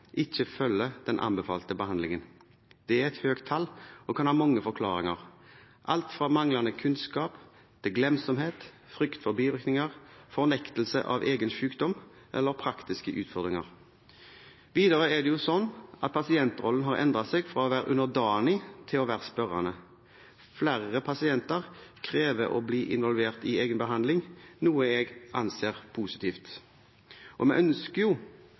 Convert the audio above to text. ikke følger den anbefalte behandlingen. Det er et høyt tall og kan ha mange forklaringer, alt fra manglende kunnskap til glemsomhet, frykt for bivirkninger, fornektelse av egen sykdom eller praktiske utfordringer. Videre er det sånn at pasientrollen har endret seg fra å være underdanig til å være spørrende. Flere pasienter krever å bli involvert i egen behandling, noe jeg anser positivt. Vi ønsker jo